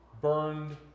burned